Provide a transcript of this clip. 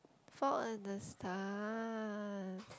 Fault-in-the-Stars